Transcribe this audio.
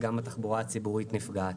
התחבורה הציבורית נפגעת.